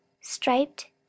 Striped